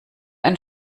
ein